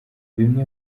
bimwe